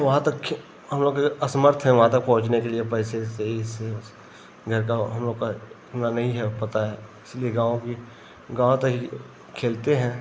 वहाँ तक के हम लोग असमर्थ हैं वहाँ तक पहुंचने के लिए पैसे से इस घर का हम लोग का इतना नहीं है पता है इसलिए गाँव की गाँव तक ही खेलते हैं